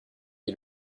est